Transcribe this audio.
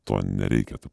to nereikia to